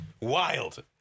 wild